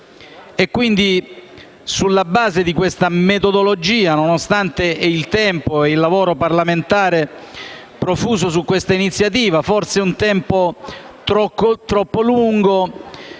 Sulla base di questa metodologia, nonostante il tempo e il lavoro parlamentare profuso su questa iniziativa (forse un tempo troppo lungo),